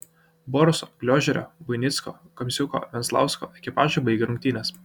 boruso gliožerio buinicko kamsiuko venslausko ekipažai baigė rungtynes